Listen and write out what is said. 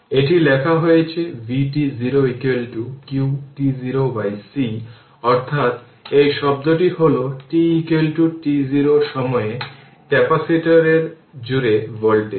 এটি লেখা হয়েছে vt0 qt0c অর্থাৎ এই শব্দটি হল t t0 সময়ে ক্যাপাসিটরের জুড়ে ভোল্টেজ